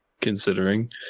considering